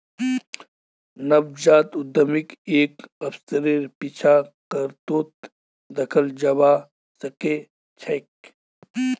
नवजात उद्यमीक एक अवसरेर पीछा करतोत दखाल जबा सके छै